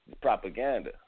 Propaganda